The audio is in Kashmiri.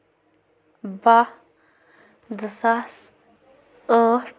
باہ زٕ ساس ٲٹھ